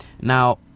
Now